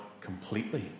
completely